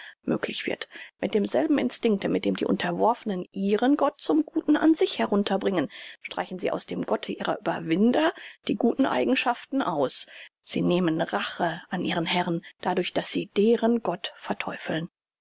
möglich wird mit demselben instinkte mit dem die unterworfnen ihren gott zum guten an sich herunterbringen streichen sie aus dem gotte ihrer überwinder die guten eigenschaften aus sie nehmen rache an ihren herren dadurch daß sie deren gott verteufeln